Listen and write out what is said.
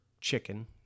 chicken